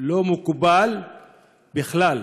לא מקובל בכלל,